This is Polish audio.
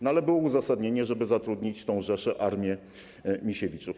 No ale było uzasadnienie, żeby zatrudnić tę armię Misiewiczów.